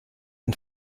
and